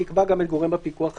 תקבע גם את גורם הפיקוח העיקרי.